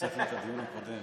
שהפסקנו את הדיון הקודם,